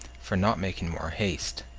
for not making more haste.